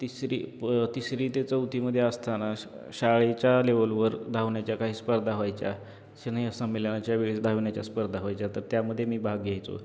तिसरी प तिसरी ते चौथीमध्ये असताना श शाळेच्या लेवलवर धावण्याच्या काही स्पर्धा व्हायच्या स्नेहसंमेलनाच्या वेळेस धावण्याच्या स्पर्धा व्हायच्या तर त्यामध्ये मी भाग घ्यायचो